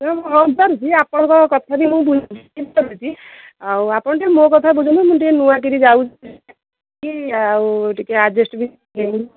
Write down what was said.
ଆପଣଙ୍କ କଥା ବି ମୁଁ ବୁଝି ପାରୁଛି ଆଉ ଆପଣ ଟିକେ ମୋ କଥା ବୁଝନ୍ତୁ ମୁଁ ଟିକେ ନୂଆ କରି ଯାଉଛି ଆଉ ଟିକେ ଆଡ଼ଜେଷ୍ଟ ବି